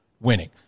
winning